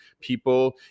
people